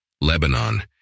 Lebanon